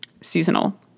seasonal